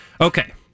Okay